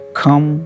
come